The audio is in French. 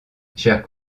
chère